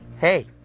Hey